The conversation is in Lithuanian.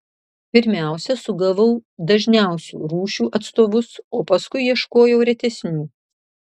pirmiausia sugavau dažniausių rūšių atstovus o paskui ieškojau retesnių